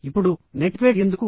ఇప్పుడు నెటిక్వేట్ ఎందుకు